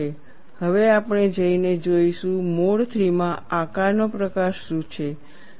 હવે આપણે જઈને જોઈશું મોડ III માં આકારનો પ્રકાર શું છે